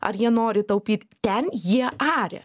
ar jie nori taupyt ten jie aria